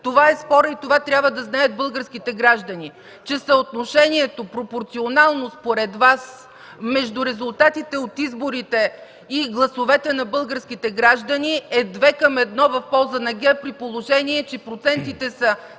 Това е спорът и това трябва да знаят българските граждани – че съотношението, пропорционално според Вас, между резултатите от изборите и гласовете на българските граждани е две към едно в полза на ГЕРБ, при положение че процентите са: